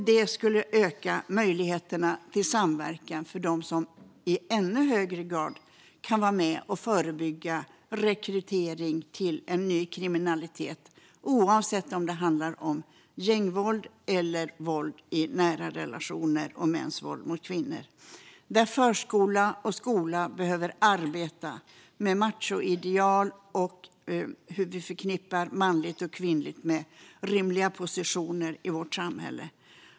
Det skulle öka möjligheterna till samverkan för dem som i ännu högre grad kan vara med och förebygga rekrytering till ny kriminalitet, oavsett om det handlar om gängvåld eller våld i nära relation och mäns våld mot kvinnor. Förskola och skola behöver arbeta med machoideal och att manligt och kvinnligt förknippas med rimliga positioner i vårt samhälle.